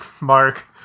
mark